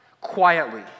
quietly